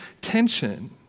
tension